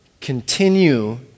continue